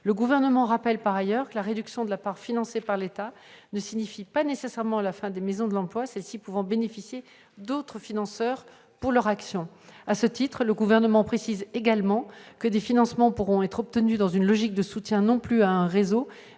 Le Gouvernement rappelle, par ailleurs, que la réduction de la part financée par l'État ne signifie pas nécessairement la fin des maisons de l'emploi, celles-ci pouvant bénéficier d'autres financeurs pour leurs actions. À ce titre, le Gouvernement précise également que des financements pourront être obtenus dans une logique de soutien non plus à un réseau,